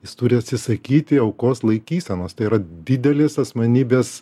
jis turi atsisakyti aukos laikysenos tai yra didelis asmenybės